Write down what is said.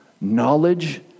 knowledge